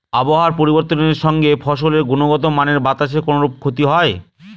আবহাওয়ার পরিবর্তনের সঙ্গে ফসলের গুণগতমানের বাতাসের কোনরূপ ক্ষতি হয়?